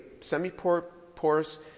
semi-porous